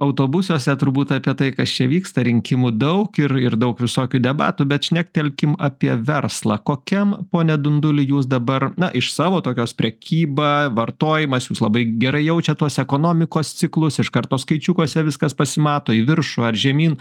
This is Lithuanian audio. autobusuose turbūt apie tai kas čia vyksta rinkimų daug ir ir daug visokių debatų bet šnektelkim apie verslą kokiam pone dunduli jūs dabar na iš savo tokios prekyba vartojimas jūs labai gerai jaučiat tuos ekonomikos ciklus iš karto skaičiukuose viskas pasimato į viršų ar žemyn